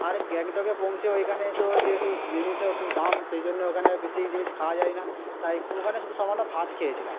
আর গ্যাংটকে পৌঁছে ওইখানে তো যেহেতু জিনিসের খুব দাম সেই জন্য ওখানে বেশি জিনিস খাওয়া যায় না তাই ওখানে শুধু সামান্য ভাত খেয়েছিলাম